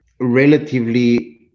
relatively